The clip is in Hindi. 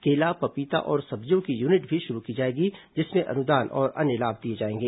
केला पपीता और सब्जियों की यूनिट भी शुरू की जाएगी जिसमें अनुदान और अन्य लाभ दिए जाएंगे